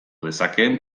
dezakeen